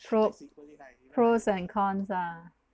pro~ pros and cons ah